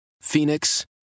Phoenix